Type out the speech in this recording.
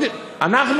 אני יודע.